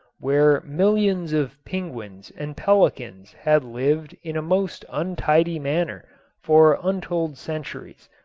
where millions of penguins and pelicans had lived in a most untidy manner for untold centuries.